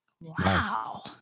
Wow